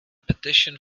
petition